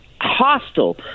hostile